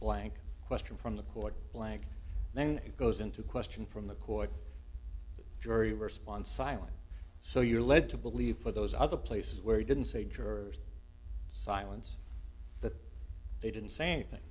blank question from the court black then it goes into a question from the court jury response silent so you're led to believe for those other places where he didn't say jurors silence that they didn't say anything